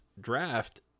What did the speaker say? draft